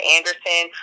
Anderson